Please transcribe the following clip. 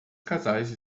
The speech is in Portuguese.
casais